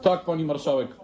Tak, pani marszałek.